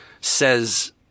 says